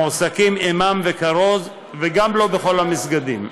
מועסקים אימאם וכרוז, וגם לא בכל המסגדים.